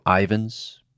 Ivans